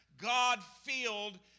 God-filled